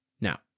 Now